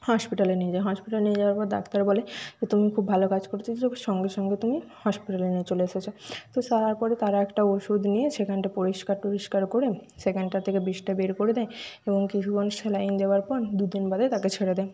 হসপিটালে নিয়ে যাই হসপিটালে নিয়ে যাওয়ার পর ডাক্তার বলে যে তুমি খুব ভালো কাজ করেছো সঙ্গে সঙ্গে তুমি হসপিটালে নিয়ে চলে এসেছো তো যাওয়ার পরে তারা একটা ওষুধ নিয়ে সেখানটা পরিষ্কার টরিষ্কার করে সেখানটার থেকে বিষটা বের করে দেয় এবং কিছু সেলাইন দেওয়ার পর দুদিন বাদে তাকে ছেড়ে দেন